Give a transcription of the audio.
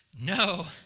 No